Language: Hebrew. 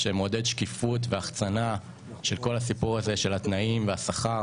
שמעודד שקיפות והחצנה של התנאים והשכר